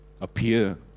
appear